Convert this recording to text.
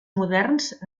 moderns